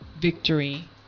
victory